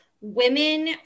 women